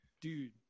Dude